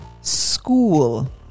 School